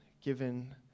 given